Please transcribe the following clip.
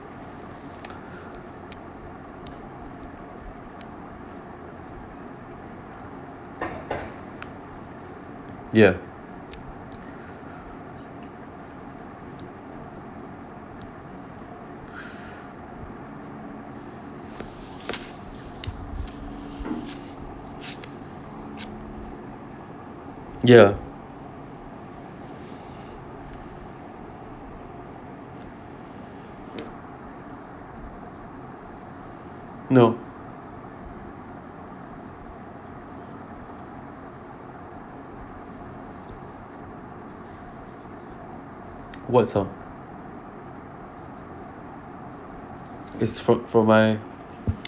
ya ya no what sound it's fro~ from my